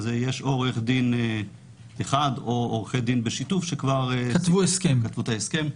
אז יש עורך דין אחד או עורכי דין בשיתוף שכבר כתבו את ההסכם.